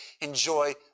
enjoy